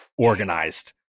organized